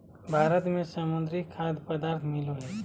भारत में समुद्री खाद्य पदार्थ मिलो हइ